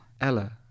Ella